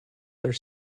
their